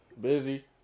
busy